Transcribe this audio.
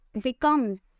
become